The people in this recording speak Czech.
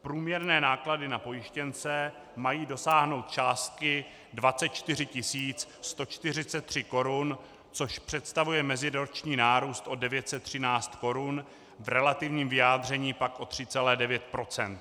Průměrné náklady na pojištěnce mají dosáhnout částky 24 143 korun, což představuje meziroční nárůst o 913 korun, v relativním vyjádření pak o 3,9 %.